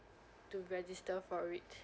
to register for it